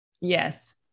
Yes